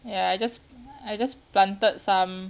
ya I just I just planted some